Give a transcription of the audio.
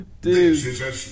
Dude